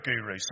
guru